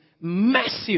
massive